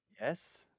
Yes